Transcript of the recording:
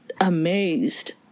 amazed